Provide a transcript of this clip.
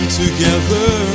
together